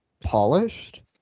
polished